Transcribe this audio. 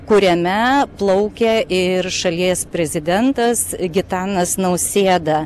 kuriame plaukia ir šalies prezidentas gitanas nausėda